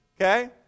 okay